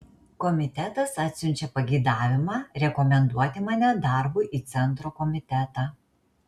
komitetas atsiunčia pageidavimą rekomenduoti mane darbui į centro komitetą